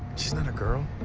she's not a girl.